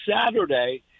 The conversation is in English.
Saturday